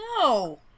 No